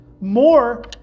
More